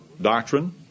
doctrine